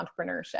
entrepreneurship